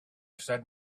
said